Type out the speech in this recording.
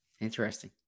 Interesting